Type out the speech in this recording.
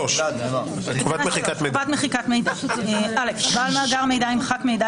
3. תקנה 3: חובת מחיקת מידע 3. (א) בעל מאגר מידע ימחק מידע